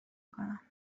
کنم